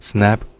Snap